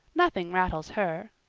nothing rattles her.